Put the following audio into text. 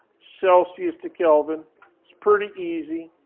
celsius to kelvin. it's pretty easy.